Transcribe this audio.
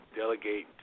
delegate